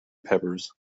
peppers